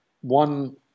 one